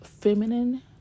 feminine